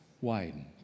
widened